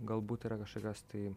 galbūt yra kažkokios tai